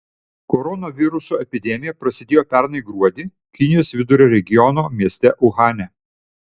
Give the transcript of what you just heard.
koronaviruso epidemija prasidėjo pernai gruodį kinijos vidurio regiono mieste uhane